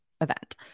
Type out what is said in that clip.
event